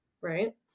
Right